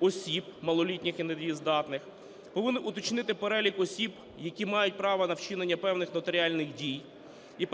осіб, малолітніх і недієздатних. Повинен уточнити перелік осіб, які мають право на вчинення певних нотаріальних дій і